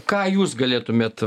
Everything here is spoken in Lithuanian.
ką jūs galėtumėt